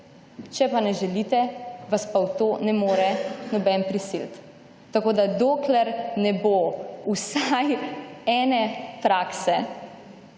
če pa ne želite, vas pa v to ne more noben prisiliti. Tako, da dokler ne bo vsaj ene prakse,